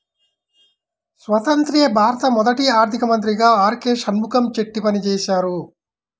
స్వతంత్య్ర భారతానికి మొదటి ఆర్థిక మంత్రిగా ఆర్.కె షణ్ముగం చెట్టి పనిచేసారు